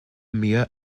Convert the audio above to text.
mieux